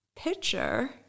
Picture